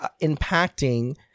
impacting